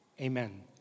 Amen